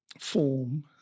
form